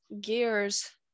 gears